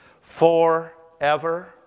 Forever